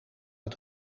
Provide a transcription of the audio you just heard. het